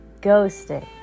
ghosting